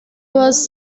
was